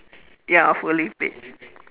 ya fully paid